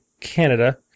Canada